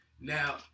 Now